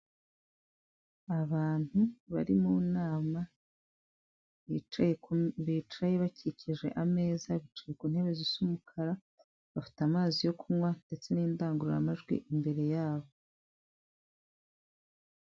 Abantu bari mu nama bicaye bicaye bakikije ameza bicaye ku ntebe z'umukara, bafite amazi yo kunywa ndetse n'indangururamajwi imbere yabo.